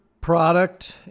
product